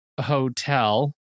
hotel